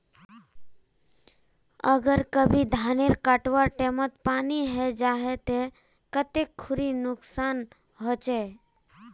अगर कभी धानेर कटवार टैमोत पानी है जहा ते कते खुरी नुकसान होचए?